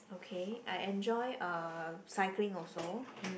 okay I enjoy uh cycling also